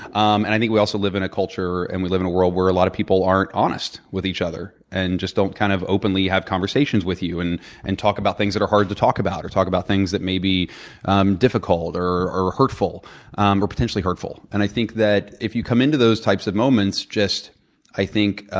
um and i think we also live in a culture, and we live in a world where a lot of people aren't honest with each other and just don't kind of openly have conversations with you and and talk about things that are hard to talk about, talk about things that may be um difficult or hurtful um or potentially hurtful. and i think that, if you come into those types of moments i think